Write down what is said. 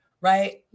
right